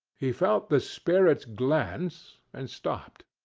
he felt the spirit's glance, and stopped.